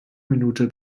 minute